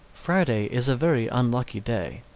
friday is a very unlucky day.